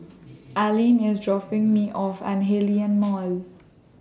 Aline IS dropping Me off At Hillion Mall